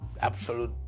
absolute